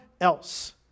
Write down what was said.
else